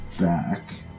back